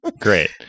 Great